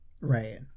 right